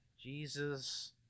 Jesus